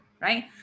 right